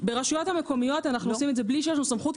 ברשויות המקומיות אנחנו עושים את זה בלי סמכות.